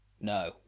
No